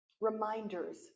reminders